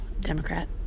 Democrat